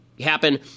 happen